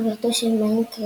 חברתו של מלניק,